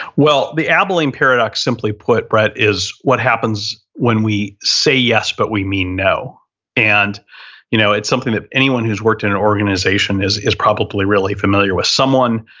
the abilene paradox, simply put, brett, is what happens when we say yes but we mean no and you know it's something that anyone who's worked in an organization is is probably really familiar with someone,